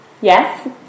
Yes